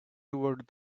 toward